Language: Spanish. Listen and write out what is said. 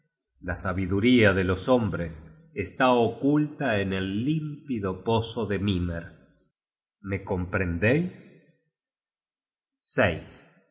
la sabiduría de los hombres está oculta en el límpido pozo de mimer me comprendeis